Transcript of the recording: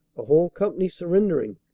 a whole company surrendering,